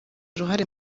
uruhare